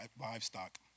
livestock